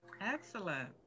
Excellent